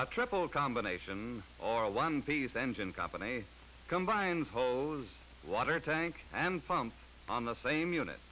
a triple combination or a one piece engine company combines hose water tank and foam on the same unit